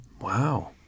Wow